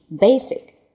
Basic